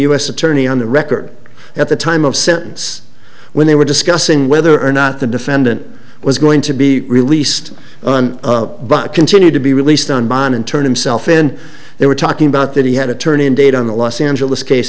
s attorney on the record at the time of sentence when they were discussing whether or not the defendant was going to be released but continued to be released on bond and turn himself in they were talking about that he had a turn indeed on the los angeles case